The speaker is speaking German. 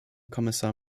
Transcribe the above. kommissar